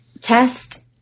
test